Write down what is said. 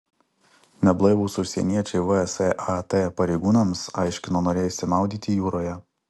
neblaivūs užsieniečiai vsat pareigūnams aiškino norėję išsimaudyti jūroje